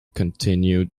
continued